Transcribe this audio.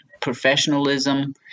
Professionalism